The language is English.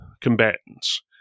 combatants